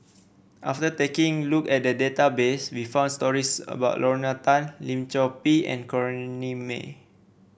after taking look at the database we found stories about Lorna Tan Lim Chor Pee and Corrinne May